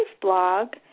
blog